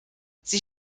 sie